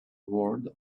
word